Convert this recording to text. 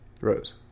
Rose